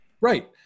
Right